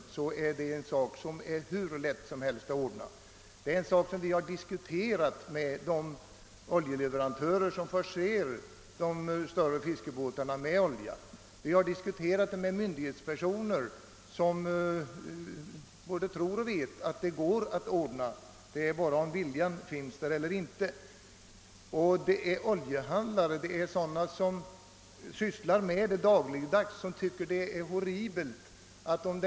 Det är en sak som är hur lätt som helst att ordna. Denna fråga har vi nämligen diskuterat med de oljeleverantörer som förser de större fiskebåtarna med olja och vi har haft kontakt med myndighetspersoner som både tror och vet att det går att ordna. Det beror bara på om viljan finns eller inte. Många oljehandlare, som sysslar med detta dagligdags, tycker att det är horribelt som det nu är.